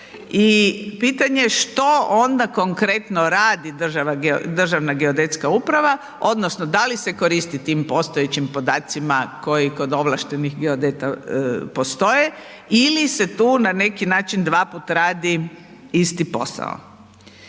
i pitanje je što onda konkretno radi Državna geodetska uprava, odnosno da li se koristi tim postojećim podacima koji kod ovlaštenih geodeta postoje ili se tu na neki način dvaput radi isti posao.